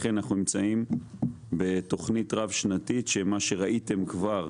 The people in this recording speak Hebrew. לכן אנחנו נמצאים בתוכנית רב שנתית ומה שראיתם כבר,